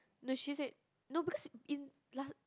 no she said no because in last